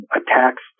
attacks